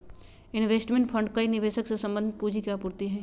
investment fund कई निवेशक से संबंधित पूंजी के आपूर्ति हई